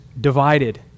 divided